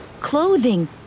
clothing